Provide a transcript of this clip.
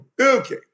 Okay